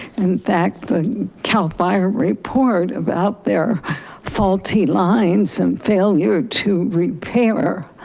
and that cal fire report about their faulty lines and failure to repair,